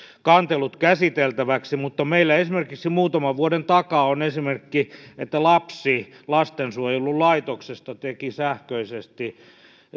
kantelut käsiteltäväksi mutta meillä esimerkiksi muutaman vuoden takaa on esimerkki että lapsi lastensuojelulaitoksesta teki sähköisesti